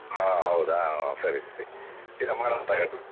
ಹಾಂ ಹೌದಾ ಹ್ಞೂ ಸರಿ ಸರಿ